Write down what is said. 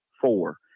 four